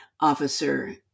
officer